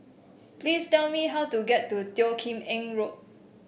please tell me how to get to Teo Kim Eng Road